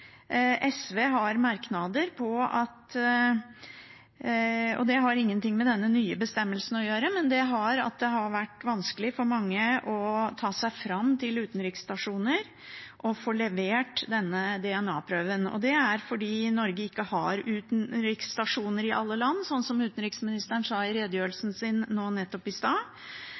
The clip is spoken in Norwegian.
SV har merknader, og det har ingen ting med denne nye bestemmelsen å gjøre, men at det har vært vanskelig for mange å ta seg fram til utenriksstasjoner og få levert DNA-prøven. Det er fordi Norge ikke har utenriksstasjoner i alle land – som utenriksministeren sa i redegjørelsen nå nettopp